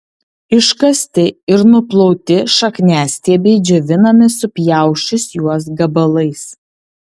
iškasti ir nuplauti šakniastiebiai džiovinami supjausčius juos gabalais